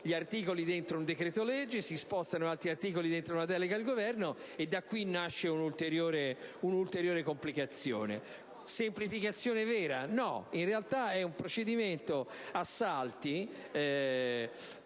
gli articoli all'interno di un decreto-legge, si spostano altri articoli dentro una delega al Governo, e da qui nasce un'ulteriore complicazione. Semplificazione vera? No. In realtà è un procedimento a salti: